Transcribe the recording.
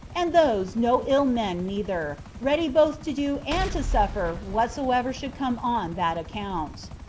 and those no ill men neither, ready both to do and to suffer whatsoever should come on that account.